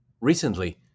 Recently